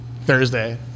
Thursday